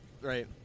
right